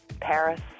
Paris